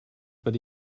but